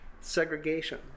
Segregation